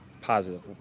Positive